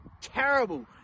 terrible